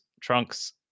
Trunks